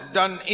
done